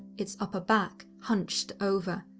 its upper back hunched over.